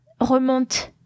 remonte